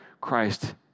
Christ